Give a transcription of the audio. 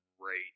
Great